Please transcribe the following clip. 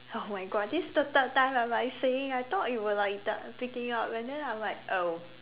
oh my god this the third time I'm like saying I thought you were like the picking up and then I am like oh